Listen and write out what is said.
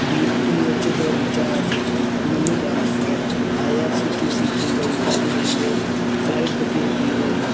D T H जो recharge money transfer I R C T C थी वई हितां जी रेलवे फ्लाईट बुकिंग थी वई